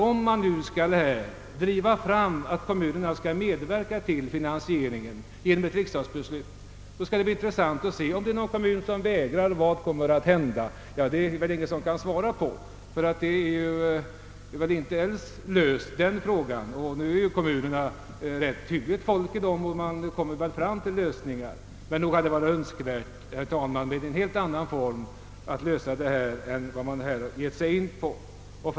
Om staten nu driver fram kommunernas medverkan i finansieringen, skall det bli intressant att se vad som kommer att hända om någon kommun vägrar att delta. Det kan väl ingen svara på för närvarande — den frågan är väl inte löst. I de kommunala församlingarna sitter det rätt hyggligt folk och det skall väl bli möjligt att komma fram till lösningar. Men nog hade det, herr talman, varit önskvärt med en annan form för lösningen av dessa frågor.